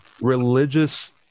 religious